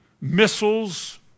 missiles